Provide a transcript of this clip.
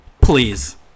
please